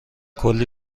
کلی